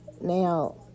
Now